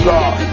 God